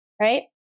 right